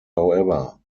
however